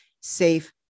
safe